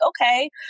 okay